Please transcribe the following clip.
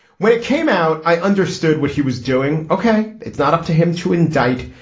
when it came out i understood what he was doing ok. it's not up to him to indict.